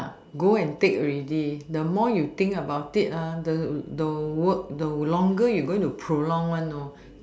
uh go and take ready the more you think about it ah the the work the longer you going to prolong one know